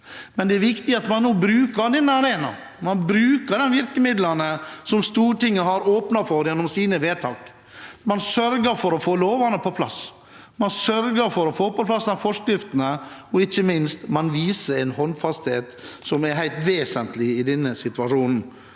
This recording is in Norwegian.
nå bruker denne arenaen – bruker disse virkemidlene – som Stortinget har åpnet for gjennom sine vedtak. Man sørger for å få lovene på plass, man sørger for å få på plass forskriftene, og, ikke minst, man viser en håndfasthet som er helt vesentlig i denne situasjonen.